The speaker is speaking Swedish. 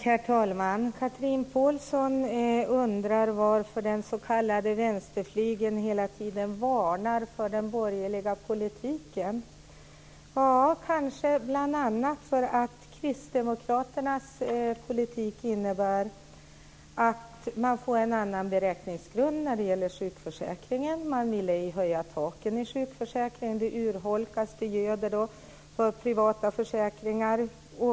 Herr talman! Chatrine Pålsson undrar varför den s.k. vänsterflygeln hela tiden varnar för den borgerliga politiken. Det är kanske bl.a. för att kristdemokraternas politik innebär att man får en annan beräkningsgrund i sjukförsäkringen. Man ville höja taken i sjukförsäkringen. Sjukförsäkringen urholkas, och ovanpå detta göder det marknaden för privata försäkringar.